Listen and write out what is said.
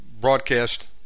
broadcast